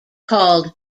called